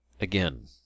Again